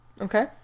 Okay